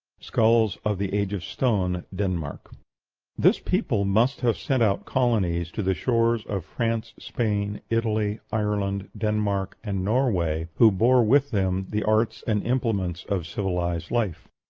skulls of the age of stone, denmark this people must have sent out colonies to the shores of france, spain, italy, ireland, denmark, and norway, who bore with them the arts and implements of civilized life.